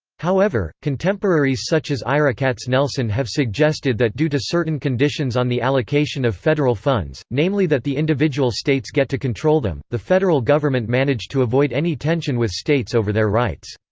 however, contemporaries such as ira katznelson have suggested that due to certain conditions on the allocation of federal funds, namely that the individual states get to control them, the federal government managed to avoid any tension with states over their rights.